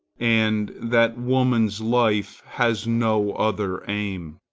and that woman's life has no other aim.